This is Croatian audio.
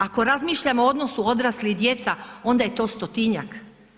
Ako razmišljamo o odnosu odrasli i djeca, onda je to stotinjak.